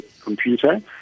computer